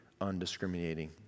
undiscriminating